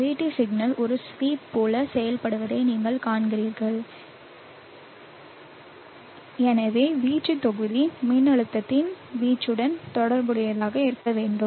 VT signal ஒரு sweep போல செயல்படுவதை நீங்கள் காண்கிறீர்கள் எனவே வீச்சு தொகுதி மின்னழுத்தத்தின் வீச்சுடன் தொடர்புடையதாக இருக்க வேண்டும்